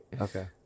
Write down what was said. Okay